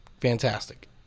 fantastic